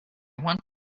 want